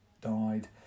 died